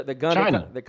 China